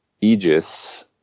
Aegis